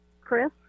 Chris